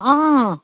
অঁ